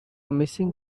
missing